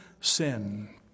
sin